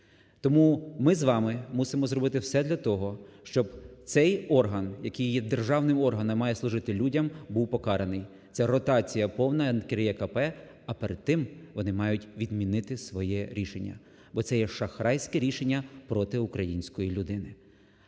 Тому ми з вами мусимо зробити все для того, щоб цей орган, який є державним органом, має служити людям, був покараний. Це ротація повна НКРЕКП. А перед тим вони мають відмінити своє рішення, бо це є шахрайське рішення проти української людини.